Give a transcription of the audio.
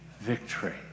victory